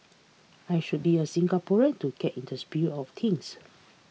I should be a Singaporean to get in the spirit of things